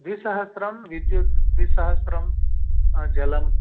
द्विसहस्रं विद्युत् द्विसहस्रं जलं